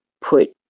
put